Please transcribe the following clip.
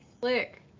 click